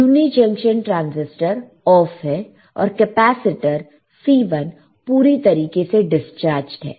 uni junction transistor off है और capacitor C1 पूरी तरीके से डिस्चार्जड है